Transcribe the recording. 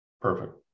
Perfect